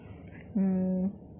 hmm